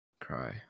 cry